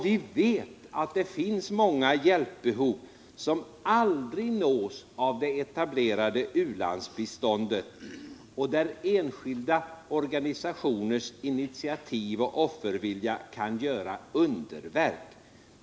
Vi vet att det finns många hjälpbehov som aldrig nås av det etablerade u-landsbiståndet och att enskilda organisationers initiativ och offervilja där kan göra underverk.